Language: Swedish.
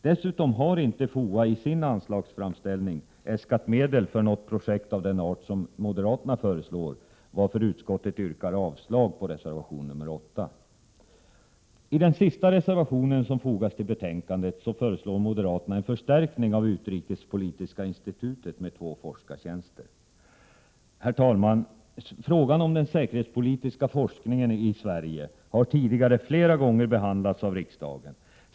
Dessutom har inte FOA i sin anslagsframställning äskat medel för något projekt av den art som moderaterna föreslår, varför utskottet yrkar avslag på reservation nr 8. I den sista reservation som fogats vid detta betänkande föreslår moderaterna en förstärkning av Utrikespolitiska institutet med två forskartjänster. Herr talman! Frågan om den säkerhetspolitiska forskningen i Sverige har tidigare flera gånger behandlats av riksdagen.